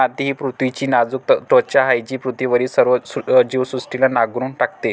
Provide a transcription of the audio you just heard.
माती ही पृथ्वीची नाजूक त्वचा आहे जी पृथ्वीवरील सर्व जीवसृष्टीला नांगरून टाकते